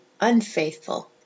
unfaithful